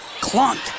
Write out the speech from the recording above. Clunk